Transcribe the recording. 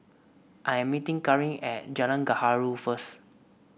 I am meeting Kareem at Jalan Gaharu first